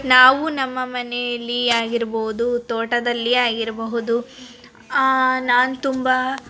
ನಾವು ನಮ್ಮ ಮನೆಯಲ್ಲಿ ಆಗಿರ್ಬೋದು ತೋಟದಲ್ಲಿ ಆಗಿರಬಹುದು ನಾನು ತುಂಬ